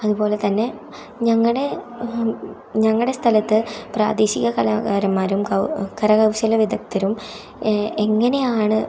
അതുപോലെ തന്നെ ഞങ്ങളുടെ ഞങ്ങളുടെ സ്ഥലത്ത് പ്രാദേശിക കലാകാരന്മാരും കരകൗശല വിദഗ്ദ്ധരും എങ്ങനെയാണ്